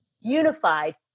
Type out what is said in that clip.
Unified